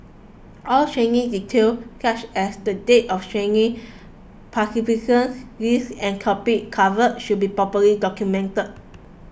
all training details such as the date of training participant list and topics covered should be properly documented